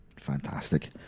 Fantastic